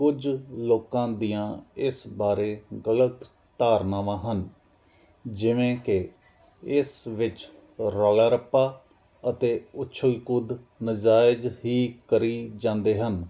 ਕੁਝ ਲੋਕਾਂ ਦੀਆਂ ਇਸ ਬਾਰੇ ਗਲਤ ਧਾਰਨਾਵਾਂ ਹਨ ਜਿਵੇਂ ਕਿ ਇਸ ਵਿੱਚ ਰੌਲਾ ਰੱਪਾ ਅਤੇ ਉਛਲ ਕੁੱਦ ਨਜਾਇਜ਼ ਹੀ ਕਰੀ ਜਾਂਦੇ ਹਨ